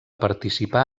participar